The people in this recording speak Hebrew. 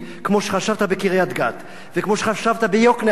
כמו שחשבת בקריית-גת וכמו שחשבת ביוקנעם.